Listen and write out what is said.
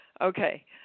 Okay